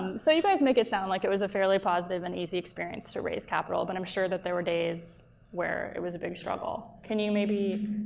so you guys make it sound like it was a fairly positive and easy experience to raise capital, but i'm sure that there were days where it was a big struggle. can you maybe